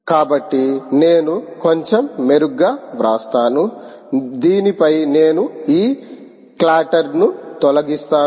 కాబట్టి నేను కొంచెం మెరుగ్గా వ్రాస్తాను దీనిపై నేను ఈ క్లాటర్ను తొలగిస్తాను